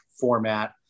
format